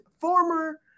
former